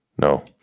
No